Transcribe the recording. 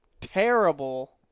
terrible